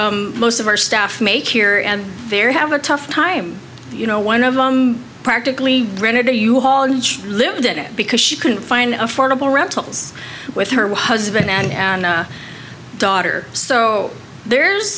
are most of our staff make here and there have a tough time you know one of them practically rented to you all lived in it because she couldn't find affordable rentals with her husband and daughter so there's